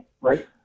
right